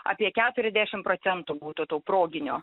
apie keturiadešim procentų būtų tų proginių